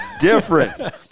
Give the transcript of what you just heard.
different